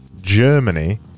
Germany